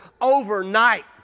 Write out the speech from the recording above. overnight